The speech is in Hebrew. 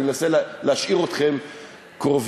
אני מנסה להשאיר אתכם קרובים.